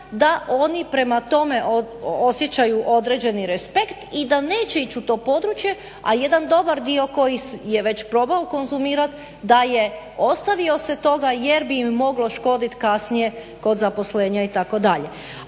da oni prema tome osjećaju određeni respekt i da neće ići u to područje, a jedan dobar dio koji je već probao konzumirati da je ostavio se toga jer bi im moglo škoditi kasnije kod zaposlenja itd.